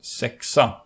sexa